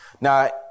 Now